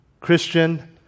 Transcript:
Christian